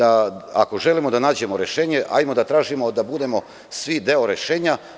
Ako želimo da nađemo rešenje, hajdemo da tražimo da budemo svi deo rešenja.